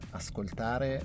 ascoltare